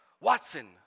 Watson